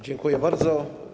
Dziękuję bardzo.